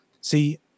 See